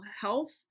health